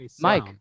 Mike